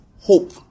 hope